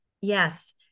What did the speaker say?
Yes